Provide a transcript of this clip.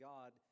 God